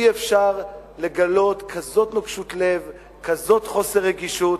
אי-אפשר לגלות כזאת נוקשות לב, כזה חוסר רגישות.